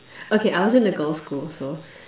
okay I was in a girls school so